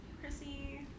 Chrissy